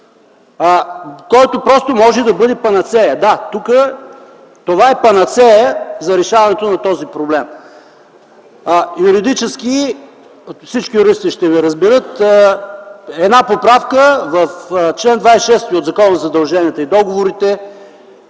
който просто може да бъде панацея. Да, това е панацея за решаването на този проблем. Юридически всички юристи ще ме разберат – една поправка в чл.26 от Закона за задълженията и договорите.